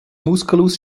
musculus